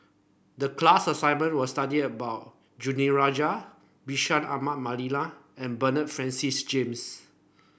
the class assignment was study about Danaraj Bashir Ahmad Mallal and Bernard Francis James